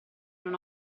non